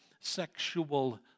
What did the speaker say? sexual